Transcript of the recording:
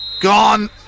Gone